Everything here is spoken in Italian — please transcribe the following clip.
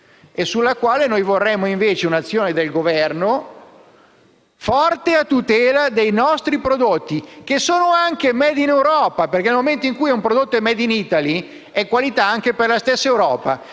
alla quale noi vorremmo invece un'azione del Governo forte a tutela dei nostri prodotti, che sono anche *made* in Europa, perché nel momento in cui un prodotto è *made in Italy,* significa qualità anche per la stessa Europa.